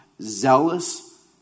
zealous